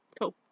Cool